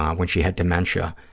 um when she had dementia,